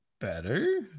better